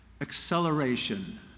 Acceleration